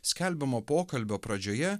skelbiamo pokalbio pradžioje